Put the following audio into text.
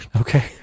Okay